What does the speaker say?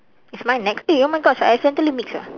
is mine next eh oh my gosh I accidentally mix ah